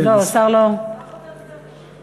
השר רוצה לדבר.